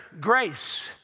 grace